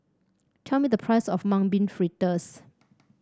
tell me the price of Mung Bean Fritters